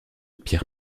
pierre